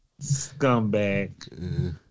Scumbag